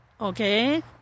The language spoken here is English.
okay